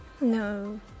No